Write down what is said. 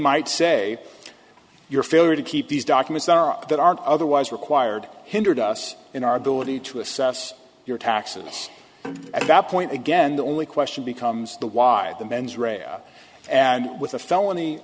might say your failure to keep these documents are all that are otherwise required hindered us in our ability to assess your taxes at that point again the only question becomes the why the mens rea and with a felony